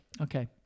Okay